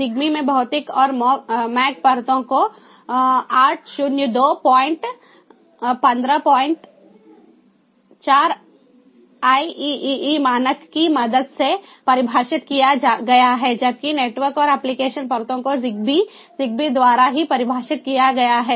ZigBee में भौतिक और मैक परतों को 802154IEEE मानक की मदद से परिभाषित किया गया है जबकि नेटवर्क और एप्लिकेशन परतों को ZigBee ZigBee द्वारा ही परिभाषित किया गया है